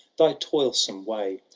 thy toilsome way.